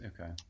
okay